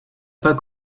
pas